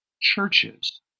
churches